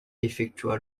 effectua